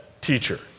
teacher